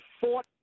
fought